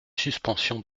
suspension